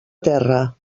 terra